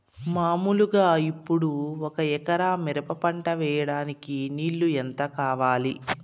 మామూలుగా ఇప్పుడు ఒక ఎకరా మిరప పంట వేయడానికి నీళ్లు ఎంత కావాలి?